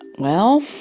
well.